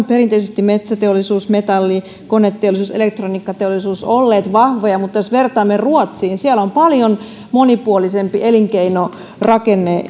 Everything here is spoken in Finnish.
perinteisesti metsäteollisuus metalli koneteollisuus elektroniikkateollisuus olleet vahvoja mutta jos vertaamme ruotsiin siellä on paljon monipuolisempi elinkeinorakenne